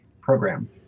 Program